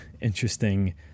interesting